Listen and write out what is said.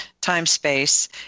time-space